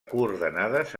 coordenades